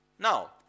Now